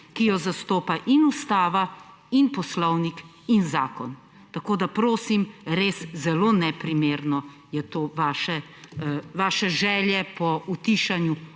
ki jo zastopajo in ustava in poslovnik in zakon. Tako prosim, res, zelo neprimerno je to – vaše želje po utišanju